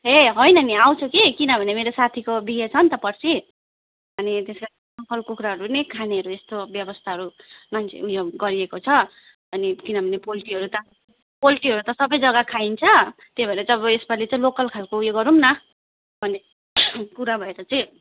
ए होइन नि आउँछु कि किनभने मेरो साथीको बिहे छ नि त पर्सी अनि त्यसमा लोकल कुखुराहरू नै खानेहरू यस्तो व्यवस्थाहरू मान्छे उयो गरिएको छ अनि किनभने पोल्ट्रीहरू त पोल्ट्रीहरू त सबै जग्गा खाइन्छ त्यही भएर चाहिँ अब यसपालि चाहिँ लोकल खालको उयो गरुम् न भन्ने कुरा भएर चाहिँ